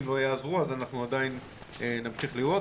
לא יעזרו אז אנחנו עדיין נמשיך לראות,